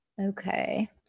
Okay